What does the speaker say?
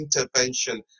intervention